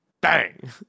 Bang